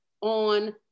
on